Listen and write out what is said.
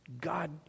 God